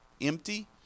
empty